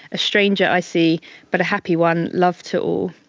a stranger i see but a happy one. love to